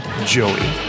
joey